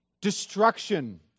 destruction